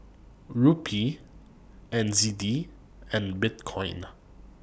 Rupee N Z D and Bitcoin